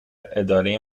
اداره